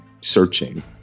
searching